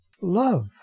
Love